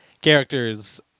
characters